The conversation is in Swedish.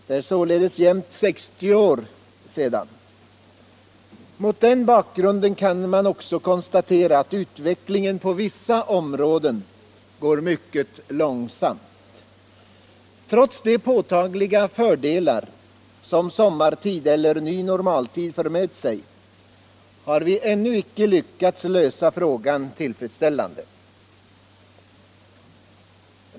Det är således jämnt 60 år sedan. Mot den bakgrunden kan man också konstatera att utvecklingen på vissa områden går mycket långsamt. Trots de påtagliga fördelar som sommartid eller ny normaltid för med sig har vi ännu inte lyckats lösa frågan tillfredsställande.